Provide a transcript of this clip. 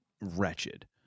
wretched